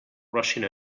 rushing